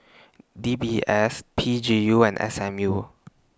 D B S P G U and S M U